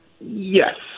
Yes